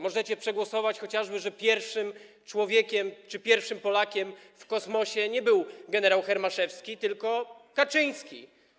Możecie przegłosować chociażby to, że pierwszym człowiekiem czy pierwszym Polakiem w kosmosie nie był gen. Hermaszewski, tylko Kaczyński.